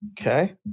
Okay